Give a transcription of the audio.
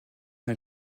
une